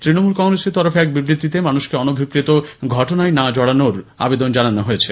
তৃণমূল কংগ্রেসের তরফে এক বিবৃতিতে মানুষকে অনভিপ্রেত ঘটনায় না জড়ানোর আবেদন জানানো হয়েছে